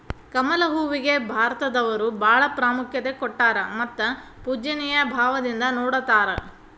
ಕಮಲ ಹೂವಿಗೆ ಭಾರತದವರು ಬಾಳ ಪ್ರಾಮುಖ್ಯತೆ ಕೊಟ್ಟಾರ ಮತ್ತ ಪೂಜ್ಯನಿಯ ಭಾವದಿಂದ ನೊಡತಾರ